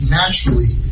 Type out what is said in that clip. naturally